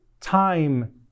time